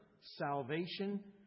salvation